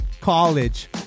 college